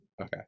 Okay